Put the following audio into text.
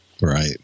Right